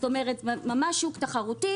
כלומר ממש שוק תחרותי.